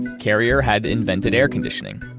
carrier had invented air conditioning.